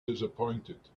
disappointed